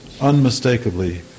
unmistakably